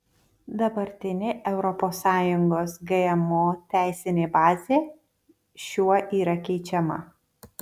dabartinė europos sąjungos gmo teisinė bazė šiuo yra keičiama